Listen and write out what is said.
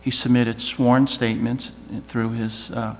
he submitted sworn statements through his